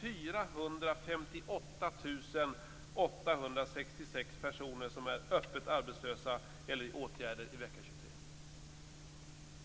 458 866 personer var öppet arbetslösa eller i åtgärder i Sverige i vecka 23?